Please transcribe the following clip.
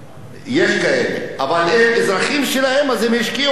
יש כאלה שבאו מאפריקה וגם לא משקיעים בהם.